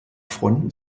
freunden